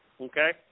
Okay